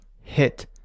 hit